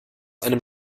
einem